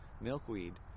milkweed